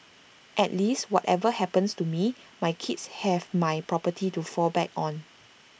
at least whatever happens to me my kids have my property to fall back on